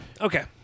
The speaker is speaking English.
okay